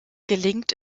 gelingt